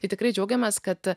tai tikrai džiaugiamės kad